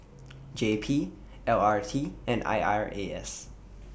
J P L R T and I R A S